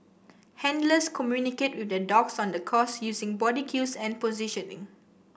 handlers communicate with their dogs on the course using body cues and positioning